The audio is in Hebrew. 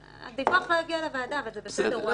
הוא ישב בכלא ונתפס שוב, ועכשיו הוא נדגם.